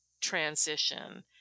transition